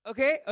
Okay